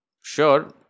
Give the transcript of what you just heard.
sure